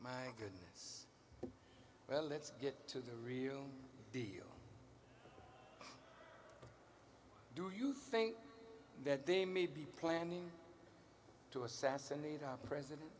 my goodness well let's get to the real deal do you think that they may be planning to assassinate our president